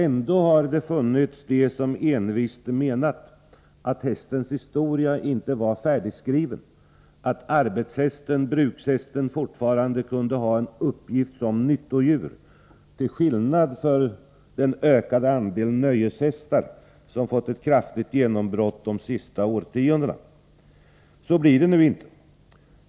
Ändå har det funnits personer som envist menat att hästens historia inte var färdigskriven, att arbetshästen, brukshästen, fortfarande kunde ha en uppgift som nyttodjur, till skillnad från den ökande andel nöjeshästar som fått ett kraftigt genombrott de senaste årtiondena. Så blir det nu inte.